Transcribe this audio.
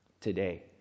today